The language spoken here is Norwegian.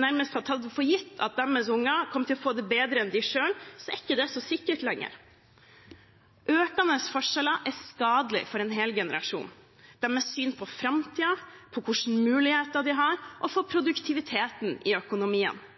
nærmest kunne ha tatt det for gitt at deres unger kom til å få det bedre enn dem selv, er ikke det så sikkert lenger. Økende forskjeller er skadelig for en hel generasjon – deres syn på framtiden, på hvilke muligheter de har, og for produktiviteten i økonomien